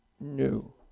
new